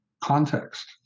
context